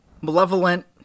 malevolent